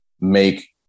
make